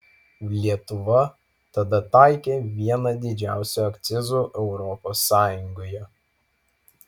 lietuva tada taikė vieną didžiausių akcizų europos sąjungoje